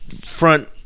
front